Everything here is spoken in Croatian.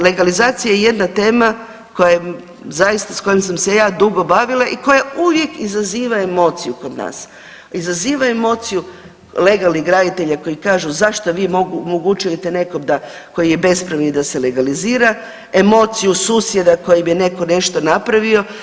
Legalizacija je jedna tema koja s kojom sam se ja dugo bavila i koja uvijek izaziva emociju kod nas, izaziva emociju legalnih graditelja koji kažu zašto vi omogućujete da nekom da koji je bespravni da se legalizira, emociju susjeda koji bi neko nešto napravio.